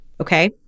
okay